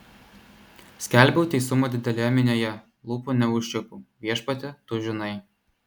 skelbiau teisumą didelėje minioje lūpų neužčiaupiau viešpatie tu žinai